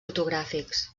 fotogràfics